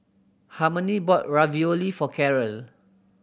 Harmony bought Ravioli for Caryl